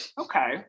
Okay